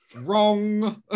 wrong